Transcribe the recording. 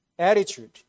Attitude